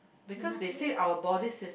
you must sleep